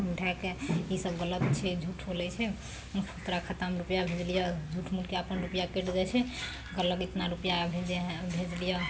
नहि उठाके ईसब गलत छै झूठ बोलय छै तोरा खातामे रूपैआ भेजलियै झूठ मूठके अपन रूपैआ कहलक एतना रूपैआ भेजे हैं भेजलियै